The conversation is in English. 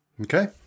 okay